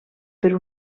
per